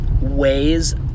ways